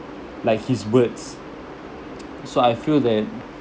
like his words so I feel that